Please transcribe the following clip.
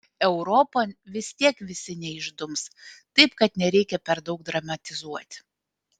europon vis tiek visi neišdums taip kad nereikia per daug dramatizuoti